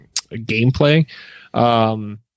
gameplay